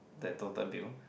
the total bill